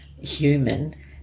human